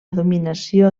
dominació